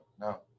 no